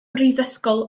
brifysgol